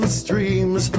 streams